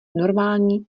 normální